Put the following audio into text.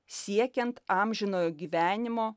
siekiant amžinojo gyvenimo